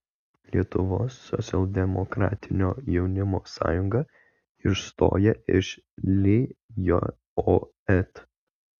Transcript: lietuvos socialdemokratinio jaunimo sąjunga išstoja iš lijot